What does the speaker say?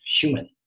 human